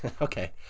okay